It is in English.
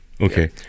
Okay